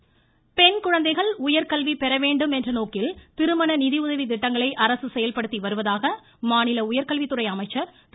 அன்பழகன் பெண்குழந்தைகள் உயர்கல்வி பெறவேண்டுமென்ற நோக்கில் திருமண நிதியுதவி திட்டங்களை அரசு செயல்படுத்திவருவதாக மாநில உயர்கல்வித்துறை அமைச்சர் திரு